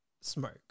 smoke